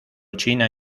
china